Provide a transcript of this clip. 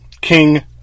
King